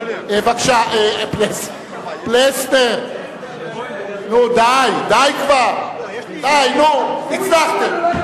בבקשה, פלסנר, נו די, די כבר, די, נו, הצלחתם.